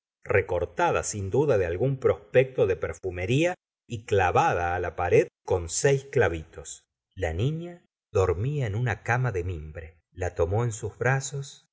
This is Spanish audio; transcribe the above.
recortada sin duda de algún prospecto de perfumería y clavada la pared con seis clavitos la niña dormía en una cama de mimbre la tomó en sus brazos